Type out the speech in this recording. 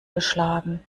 geschlagen